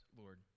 Lord